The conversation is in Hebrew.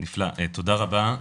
תודה רבה,